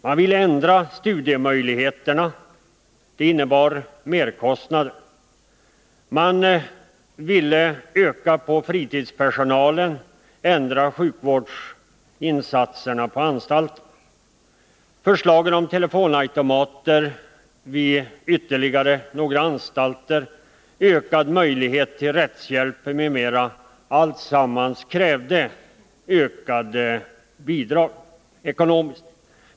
Man ville ändra sjukvårdsinsatserna på anstalterna, öka på fritidspersonalen och utöka studiemöjligheterna. Det innebar merkostnader. Förslagen om telefonautomater vid ytterligare några anstalter, ökad möjlighet till rättshjälp m.m. krävde också ökade anslag.